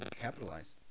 capitalize